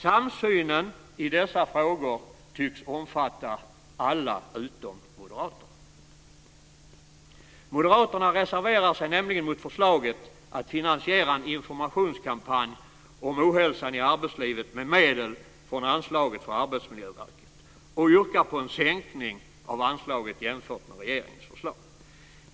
Samsynen i dessa frågor tycks omfatta alla utom moderaterna. Moderaterna reserverar sig nämligen mot förslaget att finansiera en informationskampanj om ohälsan i arbetslivet med medel från anslaget för Arbetsmiljöverket och yrkar på en sänkning av anslaget jämfört med regeringens förslag.